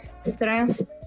strength